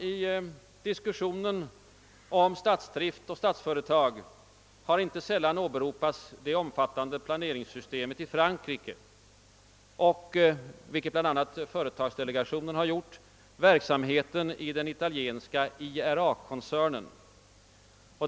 I diskussionen om statsdrift och statsföretag har inte sällan åberopats det omfattande planeringssystemet i Frankrike och — vilket bl.a. företagsdelegationen gör — verksamheten i den italienska IRI-koncernen.